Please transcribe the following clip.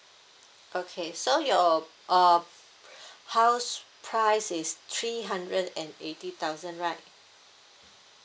okay so your uh house price is three hundred and eighty thousand right